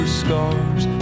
scars